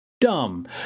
dumb